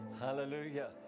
Hallelujah